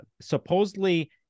supposedly